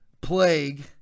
plague